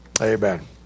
Amen